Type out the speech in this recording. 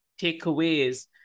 takeaways